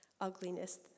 ugliness